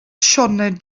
sioned